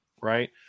right